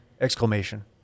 Exclamation